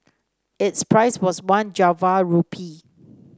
its price was one Java rupee